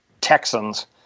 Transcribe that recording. Texans